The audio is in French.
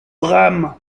drame